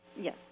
Yes